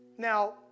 Now